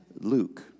Luke